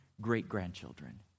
great-grandchildren